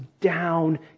down